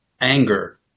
anger